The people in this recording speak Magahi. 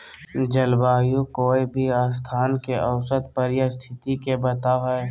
जलवायु कोय भी स्थान के औसत परिस्थिति के बताव हई